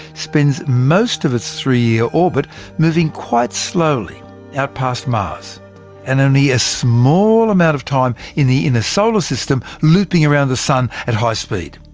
spends most of its three-year orbit moving quite slowly out past mars and only a small amount of time in the inner solar system, looping around the sun at high speed.